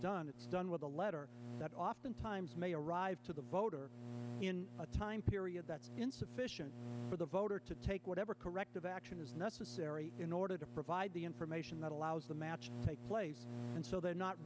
done it's done with a letter that oftentimes may arrive to the voter in a time period that insufficient for the voter to take whatever corrective action is necessary in order to provide the information that allows the match take place and so they are not